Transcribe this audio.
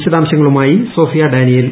വിശദാംശങ്ങളുമായി Sophia Daniel